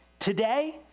Today